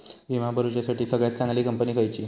विमा भरुच्यासाठी सगळयात चागंली कंपनी खयची?